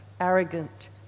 arrogant